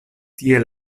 tiel